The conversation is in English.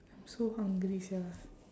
I'm so hungry sia